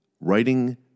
writing